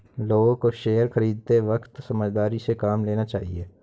लोगों को शेयर खरीदते वक्त समझदारी से काम लेना चाहिए